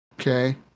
Okay